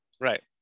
Right